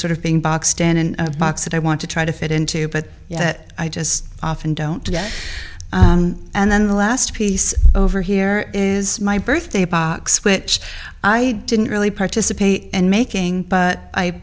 sort of being boxed in a box that i want to try to fit into but i just often don't and then the last piece over here is my birthday box which i didn't really participate in making but i